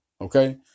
Okay